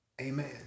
Amen